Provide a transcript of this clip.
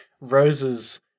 rose's